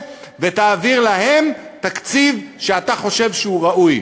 ותעביר להם תקציב שאתה חושב שהוא ראוי.